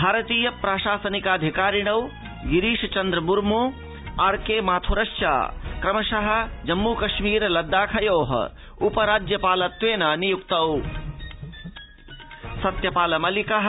भारतीय प्राशासनिक सेवाधिकारिणौ गिरीश चन्द्र मुर्मू आर्केमाथुरश्च क्रमशः जम्मू कश्मीर लद्दाखयोः उपराज्यपालत्वेन नियुक्तौ स्तः